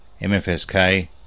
MFSK